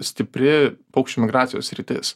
stipri paukščių migracijos sritis